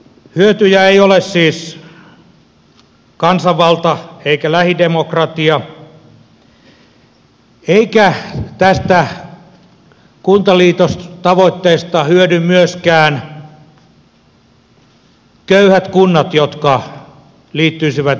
hyötyjä ei ole siis kansanvalta eikä lähidemokratia eivätkä tästä kuntaliitostavoitteesta hyödy myöskään köyhät kunnat jotka liittyisivät yhteen